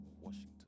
Washington